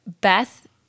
Beth